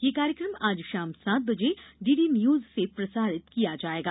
यह कार्यक्रम आज शाम सात बजे डीडी न्यूज से प्रसारित किया जाएगा